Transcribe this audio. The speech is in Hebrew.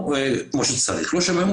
חלק מחברי הכנסת דיברו על בנייה רוויה.